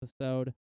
episode